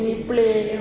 we play